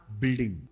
building